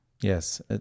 Yes